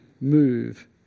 move